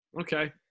Okay